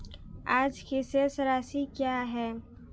आज की शेष राशि क्या है?